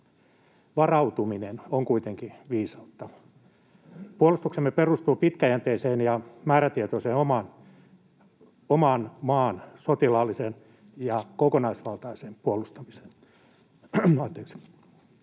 varautuminen on kuitenkin viisautta. Puolustuksemme perustuu pitkäjänteiseen ja määrätietoiseen oman maan sotilaalliseen ja kokonaisvaltaiseen puolustamiseen.